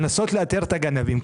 לנסות לאתר את הגנבים.